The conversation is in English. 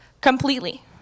completely